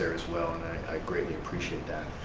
as well. and i greatly appreciate that.